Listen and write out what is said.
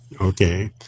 Okay